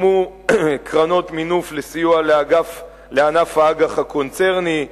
הוקמו קרנות מינוף לסיוע לענף האג"ח הקונצרני,